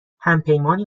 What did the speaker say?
همپیمانی